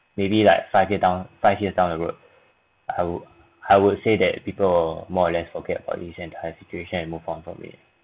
maybe like five year down five years down the road I would I would say that people more or less forget about this entire situation and move on from it